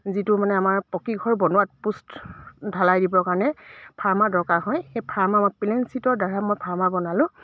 যিটো মানে আমাৰ পকীঘৰ বনোৱাত পোষ্ট ঢালাই দিবৰ কাৰণে ফাৰ্মাৰ দৰকাৰ হয় সেই ফাৰ্মাৰ মই প্লেন চিটৰ দ্বাৰা মই ফাৰ্মাৰ বনালোঁ